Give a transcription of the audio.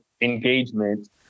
engagement